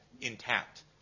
intact